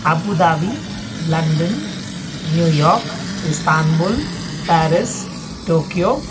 Abu Dhabi London New York Istanbul Paris Tokyo